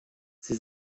sie